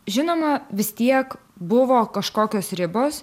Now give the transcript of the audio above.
žinoma vis tiek buvo kažkokios ribos